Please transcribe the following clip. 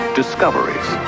discoveries